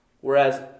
Whereas